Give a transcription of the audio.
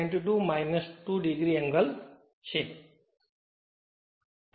92 2 o છે